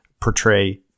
portray